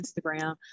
Instagram